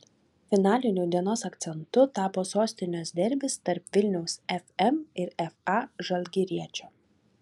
finaliniu dienos akcentu tapo sostinės derbis tarp vilniaus fm ir fa žalgiriečio